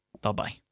bye-bye